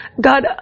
God